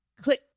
click